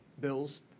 bills